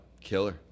killer